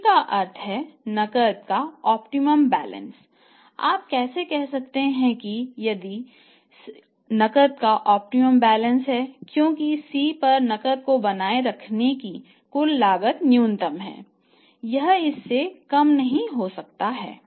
C का अर्थ है नकद का ऑप्टिमम बैलेंस है क्योंकि C पर नकद को बनाए रखने की कुल लागत न्यूनतम है यह इससे कम नहीं हो सकता है